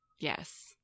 Yes